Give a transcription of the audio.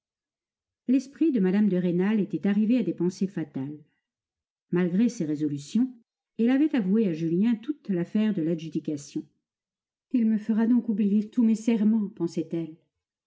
l'esprit de mme de rênal était arrivé à des pensées fatales malgré ses résolutions elle avait avoué à julien toute l'affaire de l'adjudication il me fera donc oublier tous mes serments pensait-elle